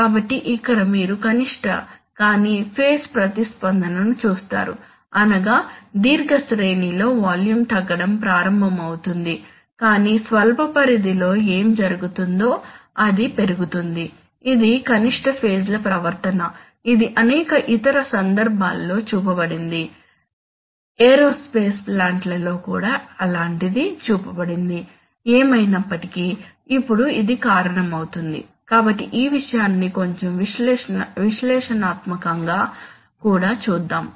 కాబట్టి ఇక్కడ మీరు కనిష్ట కాని ఫేజ్ ప్రతిస్పందనను చూస్తారు అనగా దీర్ఘ శ్రేణిలో వాల్యూమ్ తగ్గడం ప్రారంభమవుతుంది కానీ స్వల్ప పరిధిలో ఏమి జరుగుతుందో అది పెరుగుతుంది ఇది కనిష్ట ఫేజ్ ల ప్రవర్తన ఇది అనేక ఇతర సందర్భాల్లో చూపబడింది ఏరోస్పేస్ ప్లాంట్లలో కూడా అలాంటిది చూపబడింది ఏమైనప్పటికీ ఇప్పుడు ఇది కారణమవుతుంది కాబట్టి ఈ విషయాన్ని కొంచెం విశ్లేషణాత్మకం గా కూడా చూద్దాం